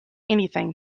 anything